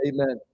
Amen